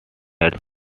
had